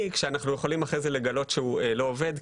כשאנחנו יכולים לגלות אחרי זה שהוא לא עובד.